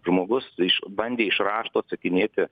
žmogus iš bandė iš rašto atsakinėti